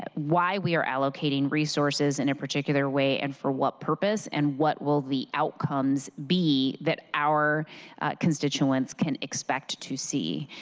ah why we are allocating resources in a particular way and for what purpose and what will the outcomes be that our constituents can expect to see.